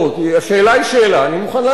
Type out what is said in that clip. השאלה היא שאלה, ואני מוכן לענות עליה.